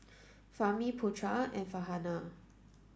Fahmi Putra and Farhanah